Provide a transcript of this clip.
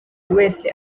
wese